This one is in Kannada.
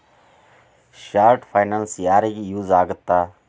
ಶಾರ್ಟ್ ಫೈನಾನ್ಸ್ ಯಾರಿಗ ಯೂಸ್ ಆಗತ್ತಾ